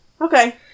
Okay